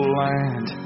land